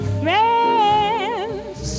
friends